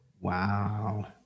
Wow